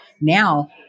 Now